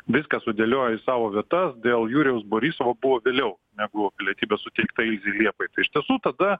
viską sudėlioja į savo vietas dėl jurijaus borisovo buvo vėliau negu pilietybė suteikta ilzei liepai tai iš tiesų tada